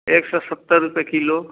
एक सौ सत्तर रुपये किलो